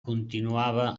continuava